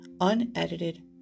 unedited